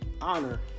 honor